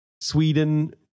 Sweden